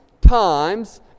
times